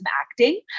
acting